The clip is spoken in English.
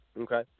Okay